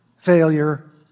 failure